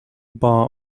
bar